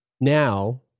now